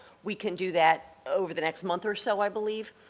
we can do that over the next month or so i believe.